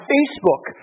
Facebook